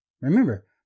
Remember